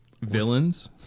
villains